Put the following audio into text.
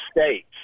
states